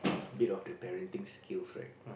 a bit of the parenting skills right